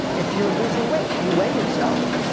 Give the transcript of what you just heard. if you're losing weight, you weigh yourself,